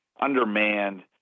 Undermanned